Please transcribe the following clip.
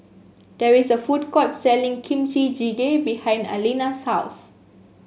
there is a food court selling Kimchi Jjigae behind Aleena's house